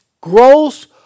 gross